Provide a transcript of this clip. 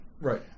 Right